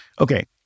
Okay